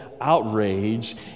outrage